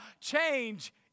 Change